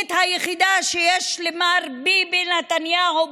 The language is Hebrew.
התוכנית היחידה שיש למר ביבי נתניהו,